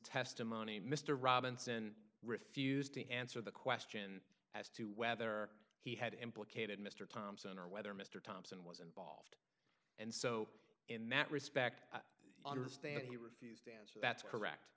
testimony mr robinson refused to answer the question as to whether he had implicated mr thompson or whether mr top and so in that respect i understand he refused to answer that's correct